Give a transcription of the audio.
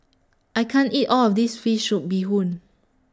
I can't eat All of This Fish Soup Bee Hoon